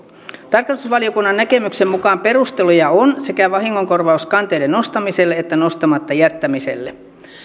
tarkastusvaliokunnan näkemyksen mukaan perusteluja on sekä vahingonkorvauskanteiden nostamiselle että nostamatta jättämiselle